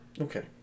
Okay